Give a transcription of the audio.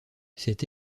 cette